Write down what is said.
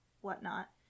whatnot